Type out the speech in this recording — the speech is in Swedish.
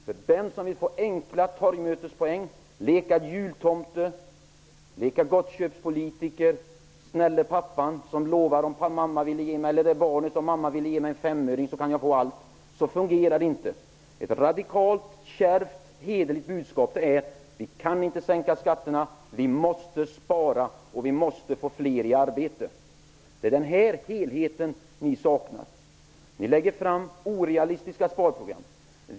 För den som vill få enkla torgmötespoäng, leka jultomte, leka gottköpspolitiker eller den snälla pappan som lovar barnet en 5-öring så att det kan få allt. Så fungerar det inte. Ett radikalt, kärvt, hederligt budskap är att vi inte kan sänka skatterna. Vi måste spara och få fler människor i arbete. Ni saknar den här helheten. Ni lägger fram orealistiska sparprogram.